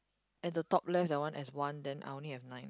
at the top left that one as one then I only have nine